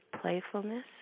playfulness